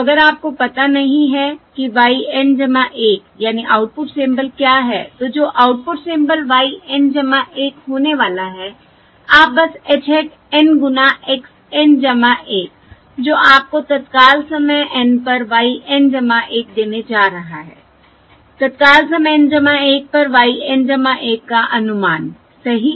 तो अगर आपको पता नहीं है कि y N 1 यानी आउटपुट सिंबल क्या है तो जो आउटपुट सिंबल y N 1 होने वाला है आप बस h hat N गुना x N 1 जो आपको तत्काल समय N पर y N 1देने जा रहा है तत्काल समय N 1 पर y N 1 का अनुमान सही